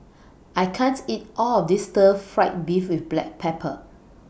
I can't eat All of This Stir Fried Beef with Black Pepper